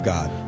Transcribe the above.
God